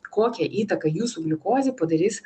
kokią įtaką jūsų gliukozei padarys